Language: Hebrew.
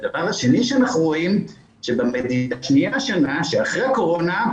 הדבר השני שאנחנו רואים שבמדידה השניה של אחרי הקורונה,